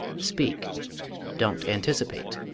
speak don't anticipate.